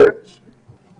על הבנייה כן.